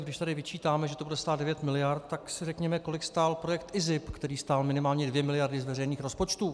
Když tady vyčítáme, že to bude stát 9 mld, tak si řekněme, kolik stál projekt IZIP, který stál minimálně 2 mld. z veřejných rozpočtů.